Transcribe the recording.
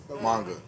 Manga